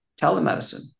telemedicine